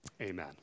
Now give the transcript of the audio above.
Amen